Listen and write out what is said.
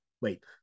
wait